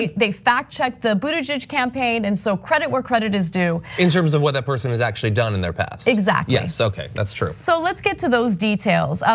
ah they fact check the buttigieg campaign and so credit where credit is due. in terms of what that person is actually done in their past. exactly. yes, okay, that's true. so let's get to those details. ah